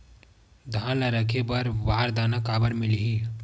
धान ल रखे बर बारदाना काबर मिलही?